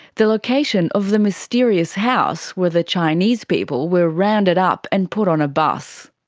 the location of the mysterious house where the chinese people were rounded up and put on a bus.